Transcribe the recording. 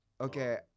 Okay